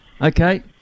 Okay